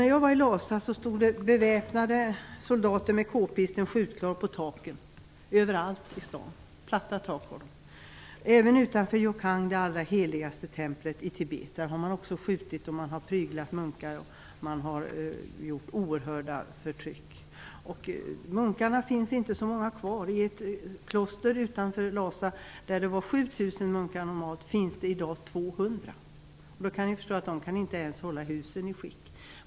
När jag var i Lhasa stod beväpnade soldater med k-pistarna skjutklara överallt i staden på de platta taken - även utanför Jokang, det allra heligaste templet i Tibet. Man har skjutit där, och man har pryglat munkar och åstadkommit ett oerhört förtryck. Det finns inte så många munkar kvar nu. I ett kloster utanför Lhasa där det normalt varit 7 000 munkar finns det i dag bara 200. Då kan ni förstå att de inte ens kan hålla husen i skick.